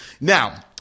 Now